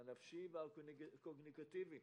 הנפשי והקוגניטיבי.